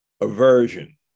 Aversion